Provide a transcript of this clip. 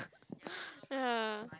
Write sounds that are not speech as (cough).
(laughs) ya